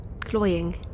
Cloying